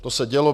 To se dělo.